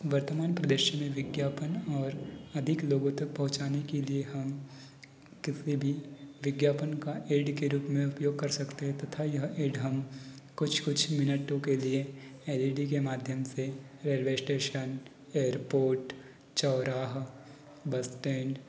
वर्तमान प्रदेश में विज्ञापन और अधिक लोगों तक पहुचाने के लिए हम कितने भी विज्ञापन का एड के रूप में उपयोग कर सकते हैं तथा यह एड हम कुछ कुछ मिनाटों के लिए एल ई डी के माध्यम से रेलवे श्टेशन एयरपोर्ट चौराहा बस स्टैन्ड